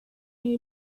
you